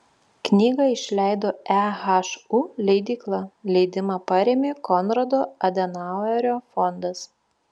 knygą išleido ehu leidykla leidimą parėmė konrado adenauerio fondas